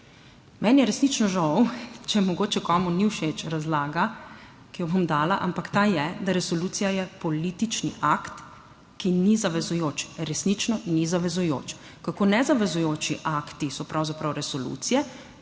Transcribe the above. Meni je resnično žal, če mogoče komu ni všeč razlaga, ki jo bom dala, ampak ta je, da resolucija je politični akt, ki ni zavezujoč, resnično, in ni zavezujoč. Kako nezavezujoči akti so pravzaprav resolucije.